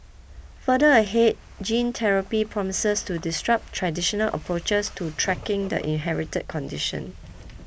further ahead gene therapy promises to disrupt traditional approaches to tracking the inherited condition